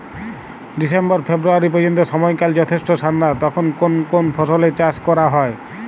December February পর্যন্ত সময়কাল যথেষ্ট ঠান্ডা তখন কোন কোন ফসলের চাষ করা হয়?